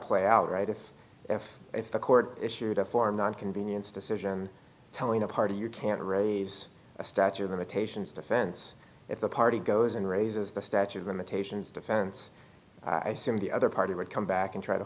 play out right if if if the court issued a form one convenience decision telling a party you can't raise a statue of limitations defense if the party goes in raises the statute of limitations defense i've seen the other party would come back and try to